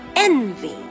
Envy